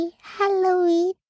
halloween